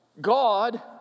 God